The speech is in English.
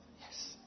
Yes